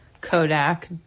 Kodak